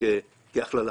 כהכללה